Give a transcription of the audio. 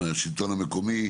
מהשלטון המקומי,